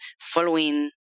following